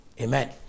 Amen